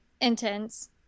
intense